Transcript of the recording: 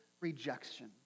rejection